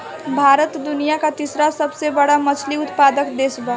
भारत दुनिया का तीसरा सबसे बड़ा मछली उत्पादक देश बा